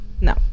No